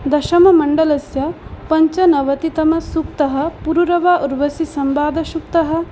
दशममण्डलस्य पञ्चनवतितमसूक्तः पुरूरव ऊर्वसि संवाद सूक्तः